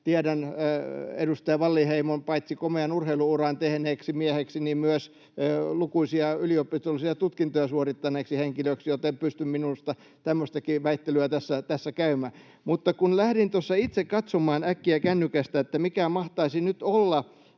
tiedän edustaja Wallinheimon paitsi komean urheilu-uran tehneeksi mieheksi myös lukuisia yliopistollisia tutkintoja suorittaneeksi henkilöksi, joten pystyn minusta tämmöistäkin väittelyä tässä käymään. Mutta kun lähdin tuossa itse katsomaan äkkiä kännykästä, mikä mahtaisi nyt olla